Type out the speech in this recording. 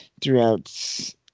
throughout